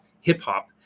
hip-hop